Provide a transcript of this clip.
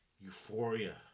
euphoria